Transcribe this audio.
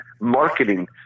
marketing